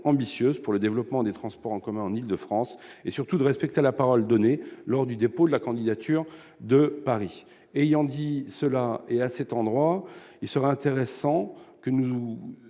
pour le développement des transports en commun en Île-de-France et surtout de respecter la parole donnée lors du dépôt de la candidature de Paris ayant dit cela, et à cet endroit, il serait intéressant que nous